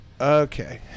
okay